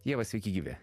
ieva sveiki gyvi